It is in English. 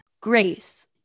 Grace